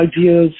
ideas